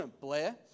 Blair